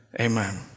amen